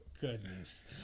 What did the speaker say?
Goodness